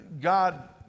God